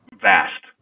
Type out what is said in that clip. vast